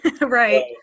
Right